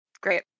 Great